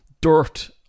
dirt